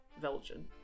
Belgian